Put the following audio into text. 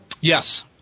Yes